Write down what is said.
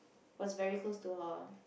was very close to her